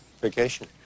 Vacation